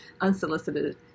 unsolicited